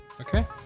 Okay